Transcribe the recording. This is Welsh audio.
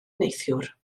neithiwr